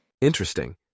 Interesting